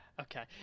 Okay